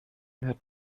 hört